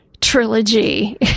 trilogy